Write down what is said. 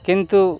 কিন্তু